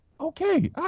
Okay